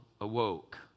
awoke